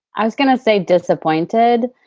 i was going to say disappointed,